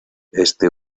este